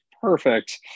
perfect